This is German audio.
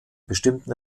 bestimmten